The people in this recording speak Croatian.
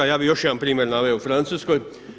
Ja bih još jedan primjer naveo u Francuskoj.